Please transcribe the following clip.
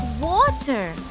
water